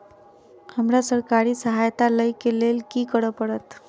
हमरा सरकारी सहायता लई केँ लेल की करऽ पड़त?